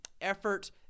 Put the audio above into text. effort